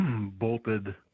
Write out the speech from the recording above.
bolted